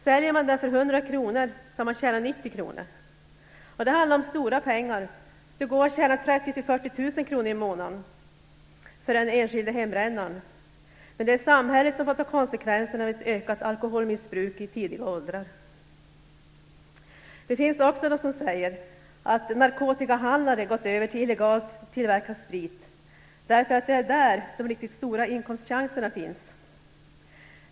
Säljer man den för 100 kr har man tjänat 90 kr Det handlar om stora pengar. Det går för den enskilde hembrännaren att tjäna 30 000-40 000 kr i månaden, men det är samhället som får ta konsekvenserna av ett ökat alkoholmissbruk i tidiga åldrar. Det finns de som säger att narkotikahandlare gått över till att illegalt tillverka sprit därför att det är där de riktigt stora inkomstchanserna finns.